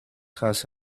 has